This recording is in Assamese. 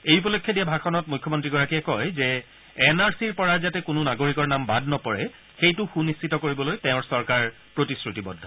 এই উপলক্ষে দিয়া ভাষণত মুখ্যমন্ত্ৰীগৰাকীয়ে কয় যে এন আৰ চিৰ পৰা যাতে কোনো নাগৰিকৰ নাম বাদ নপৰে সেইটো সুনিশ্চিত কৰিবলৈ তেওঁৰ চৰকাৰ প্ৰতিশ্ৰতিবদ্ধ